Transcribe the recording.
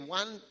one